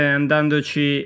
andandoci